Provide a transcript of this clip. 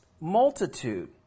multitude